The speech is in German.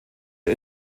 ihr